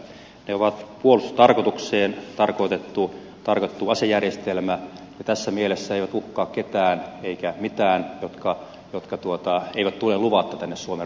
ne ovat puolustustarkoitukseen tarkoitettu asejärjestelmä ja tässä mielessä eivät uhkaa keitään eivätkä mitään jotka eivät tule luvatta tänne suomen rajojen sisäpuolelle